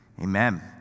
Amen